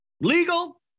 Legal